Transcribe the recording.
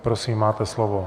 Prosím, máte slovo.